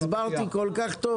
הסברתי כל כך טוב,